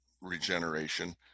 regeneration